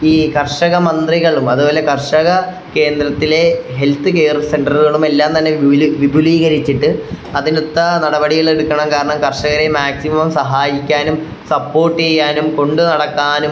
ഈ കർഷക മന്ത്രികളും അത്പോലെ കർഷക കേന്ദ്രത്തിലെ ഹെൽത്ത് കെയർ സെൻ്ററുകളുമെല്ലാം തന്നെ വിപുലീകരിച്ചിട്ട് അതിനൊത്ത നടപടികൾ എടുക്കണം കാരണം കർഷകരെ മാക്സിമം സഹായിക്കാനും സപ്പോർട്ട് ചെയ്യാനും കൊണ്ട് നടക്കാനും